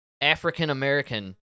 African-American